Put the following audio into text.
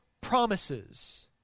promises